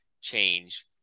change